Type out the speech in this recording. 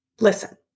Listen